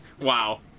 Wow